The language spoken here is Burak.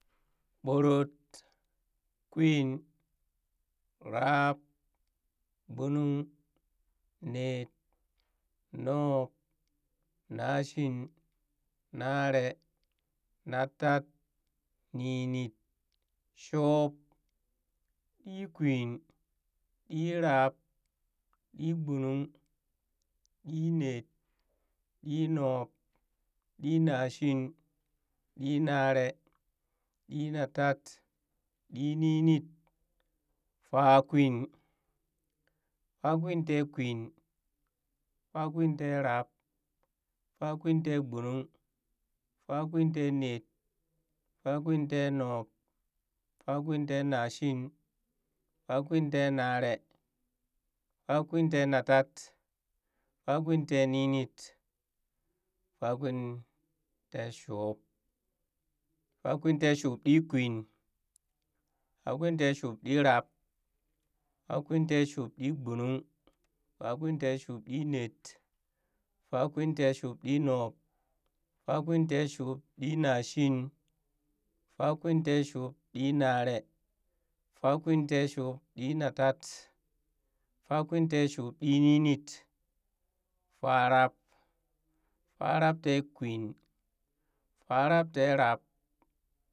ɓorot, kwin, rab, gbonung, net, nub, nashin, naree, natat, ninit, shuub, ɗikwin, ɗirab, ɗigbonung, ɗinet, ɗinub, ɗinashid, ɗinare, ɗinatat, ɗininit, faakwin, fakwintekwin, fakwinterab, fakwintegbonung, fakwintenet, fakwintenub, fakwintennashin, fakwintenaree, fakwintenatat, fakwinteninit, faakwinteeshuub, fakwinteshuubɗikwin, fakwinteshuubdirab, fakwinteshuubɗigbonung, fakwinteshubɗnet, fakwinteshubɗinub, fakwinteshubdinashin, fakwinteshuubɗinaree, fakwinteshubɗinatat, fakwinteshubɗininit, faarab, farabtekwin, farabterab.